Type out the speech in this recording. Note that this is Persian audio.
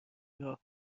راه